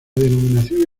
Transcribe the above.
denominación